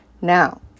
Now